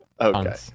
Okay